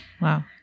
Wow